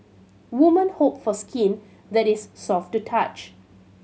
women hope for skin that is soft to touch